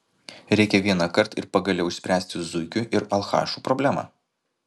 reikia vienąkart ir pagaliau išspręsti zuikių ir alchašų problemą